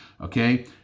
okay